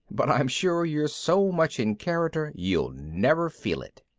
but i'm sure you're so much in character you'll never feel it.